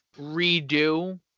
redo